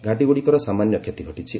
ଘାଟୀଗୁଡ଼ିକର ସାମାନ୍ୟ କ୍ଷତି ଘଟିଛି